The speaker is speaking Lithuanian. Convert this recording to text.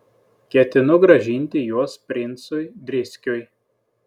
ketinu grąžinti juos princui driskiui